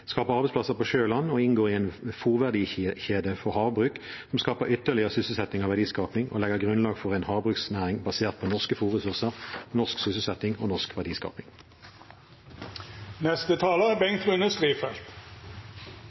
skaper arbeidsplasser på sjø og land og inngår i en fôrverdikjede for havbruk, som skaper ytterligere sysselsetting og verdiskaping og legger grunnlaget for en havbruksnæring basert på norske fôrressurser, norsk sysselsetting og norsk verdiskaping.